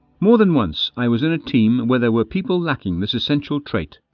more than once i was in a team where there where people lacking this essential trait.